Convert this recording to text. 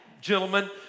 gentlemen